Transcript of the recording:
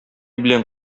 белән